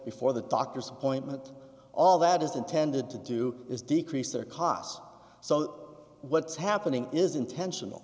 before the doctor's appointment all that is intended to do is decrease their costs so what's happening is intentional